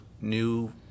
new